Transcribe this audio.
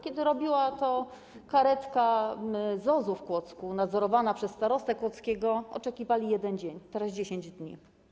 Kiedy robiła to karetka ZOZ-u w Kłodzku, nadzorowana przez starostę kłodzkiego, oczekiwali dzień, teraz - 10 dni.